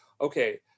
Okay